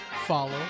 Follow